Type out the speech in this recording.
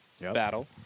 battle